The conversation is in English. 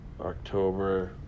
October